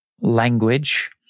language